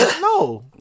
No